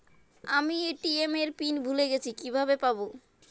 আমি এ.টি.এম এর পিন ভুলে গেছি কিভাবে পাবো?